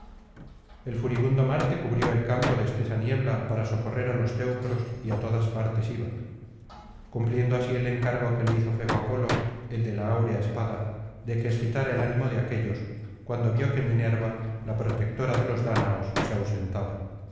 el furibundo marte cubrió el campo de espesa niebla para socorrer á los teucros y á todas partes iba cumpliendo así el encargo que le hizo febo apolo el de la áurea espada de que excitara el ánimo de aquéllos cuando vio que minerva la protectora de los dáñaos se ausentaba